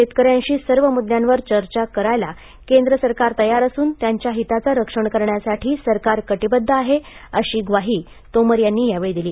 शेतकऱ्यांशी सर्व मुद्द्यांवर चर्चा करायला केंद्र सरकार तयार असून त्यांच्या हिताचं रक्षण करण्यासाठी सरकार कटिबद्ध आहे अशी ग्वाही तोमर यांनी यावेळी दिली